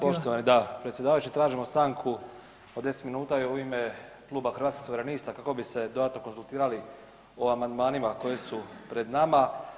Poštovani, da, predsjedavajući tražimo stanku od 10 minuta u ime Kluba Hrvatskih suverenista kako bi se dodatno konzultirali o amandmanima koji su pred nama.